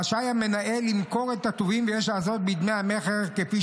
רשאי המנהל למכור את הטובין ויש לעשות בדמי המכר כפי